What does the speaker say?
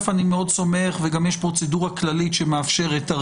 אני מאוד סומך וגם יש פרוצדורה כללית שמאפשרת.